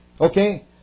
Okay